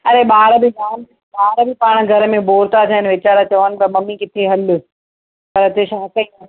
अरे ॿार बि पाण ॿार बि पाण घरु में बोर था थियनि वीचारा चवनि पिया मम्मी किते हलु पर हिते छा पई कयां